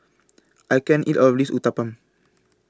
I can't eat All of This Uthapam